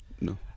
no